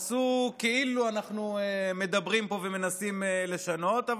עשו כאילו אנחנו מדברים פה ומנסים לשנות,